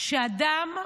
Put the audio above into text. שאדם,